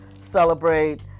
celebrate